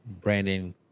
Brandon